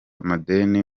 amadeni